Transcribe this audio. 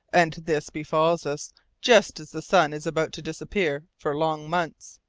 and this befalls us just as the sun is about to disappear for long months.